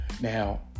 Now